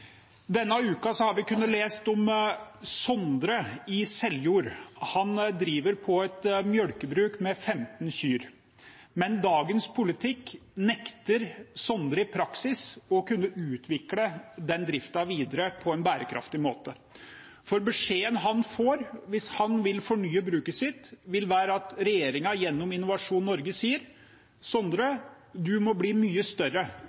Denne uken har vi kunnet lese om Sondre i Seljord. Han driver på et mjølkebruk med 15 kyr. Men dagens politikk nekter i praksis Sondre å kunne utvikle den driften videre på en bærekraftig måte, for beskjeden han får hvis han vil fornye bruket sitt, vil være at regjeringen gjennom Innovasjon Norge sier: Sondre, du må bli mye større